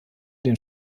den